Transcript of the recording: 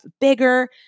bigger